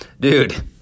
Dude